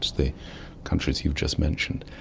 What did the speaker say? the countries you've just mentioned,